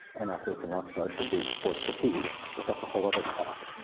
and athletes and rock stars should be forced to teach, but that's a whole other talk.